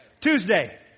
Tuesday